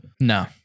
No